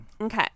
okay